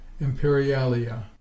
Imperialia